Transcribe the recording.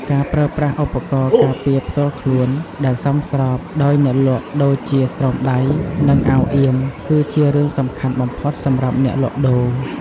ការប្រើប្រាស់ឧបករណ៍ការពារផ្ទាល់ខ្លួនដែលសមស្របដោយអ្នកលក់ដូចជាស្រោមដៃ និងអាវអៀម គឺជារឿងសំខាន់បំផុតសម្រាប់អ្នកលក់ដូរ។